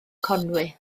conwy